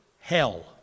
hell